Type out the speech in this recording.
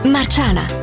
Marciana